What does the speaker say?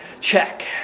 check